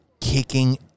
kicking